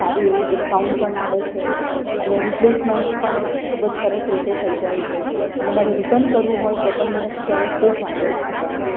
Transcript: સારું એવું ડિસ્કાઉન્ટ પણ મળે છે અને રિપ્લેસમેન્ટ પણ ખૂબ જ સરસ રીતે થઈ જાય છે અને મારે રિટર્ન કરવું હોય તો પણ મને ક્યારેક કોઈ જ વાંધો નથી આવ્યો